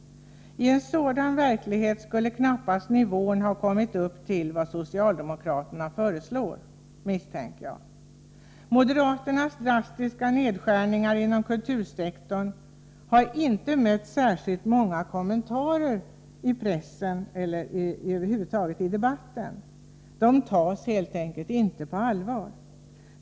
I en sådan verklighet skulle knappast nivån ha kommit upp till vad socialdemokraterna föreslår, misstänker jag. Moderaternas drastiska nedskärningar inom kultursektorn har inte mött särskilt många kommentarer i pressen eller över huvud taget i debatten — de tas helt enkelt inte på allvar.